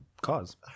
cause